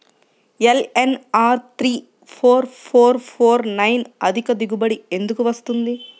LNR three four four four nine అధిక దిగుబడి ఎందుకు వస్తుంది?